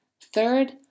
Third